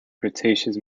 cretaceous